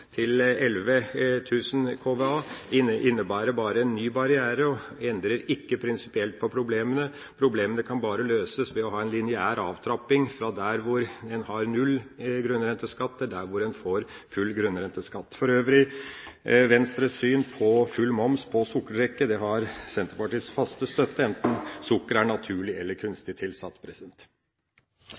til 11 000 kVA innebærer bare en ny barriere og endrer ikke prinsipielt på problemene. Problemene kan bare løses ved å ha en lineær avtrapping fra der hvor man har null i grunnrenteskatt, til der hvor man får full grunnrenteskatt. For øvrig har Venstres syn på full moms på sukkerholdig drikke Senterpartiets fulle støtte, enten sukkeret er naturlig eller kunstig tilsatt.